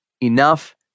Enough